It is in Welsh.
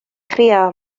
chrio